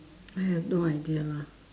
I have no idea lah